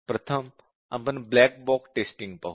प्रथम आपण black box testing पाहू